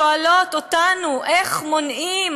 שואלים אותנו: איך מונעים,